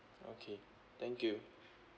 okay thank you